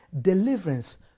Deliverance